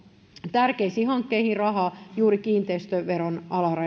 tärkeisiin hankkeisiin rahaa juuri kiinteistöveron alarajan